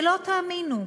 ולא תאמינו,